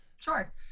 Sure